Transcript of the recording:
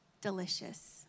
delicious